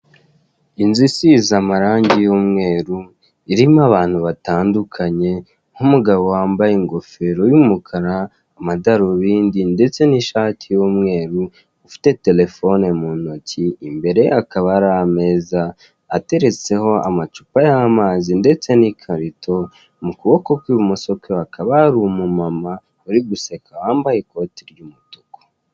Inzu isize amarange y'umweru irimo abantu batandukanye nk'umugabo wambaye ingofero y'umukara, amadarubindi ndetse n'ishati y'umweru ufite telefone mu ntoki imbere ye hakaba hari ameza ateretseho amacuoa y'amazi ndetse n'ikarito, mu kuboko ku ibumoso ke hakaba hari umumama uri guseka wambaye ikoti ry'umutuku.